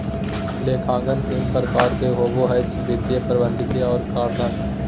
लेखांकन तीन प्रकार के होबो हइ वित्तीय, प्रबंधकीय और कराधान